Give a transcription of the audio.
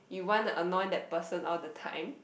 you wanna annoy that person all the time